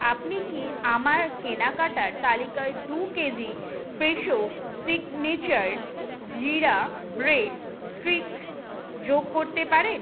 আপনি কি আমার কেনাকাটার তালিকায় দু KG Fresho signature jeera bread stick যোগ করতে পারেন